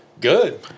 Good